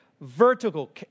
vertical